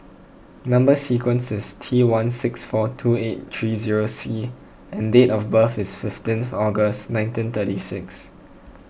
Number Sequence is T one six four two eight three zero C and date of birth is fifteenth August nineteen thirty six